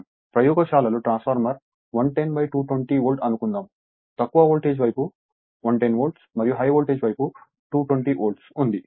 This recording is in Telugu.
ప్రయోగశాలలో ట్రాన్స్ఫార్మర్ 110 220 వోల్ట్ అనుకుందాం తక్కువ వోల్టేజ్ వైపు 110 వోల్ట్ మరియు హై వోల్టేజ్ వైపు 220 వోల్ట్ ఉంది